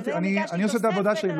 אני עושה את העבודה שלי,